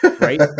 right